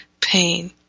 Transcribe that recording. pain